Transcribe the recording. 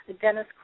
Dennis